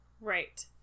Right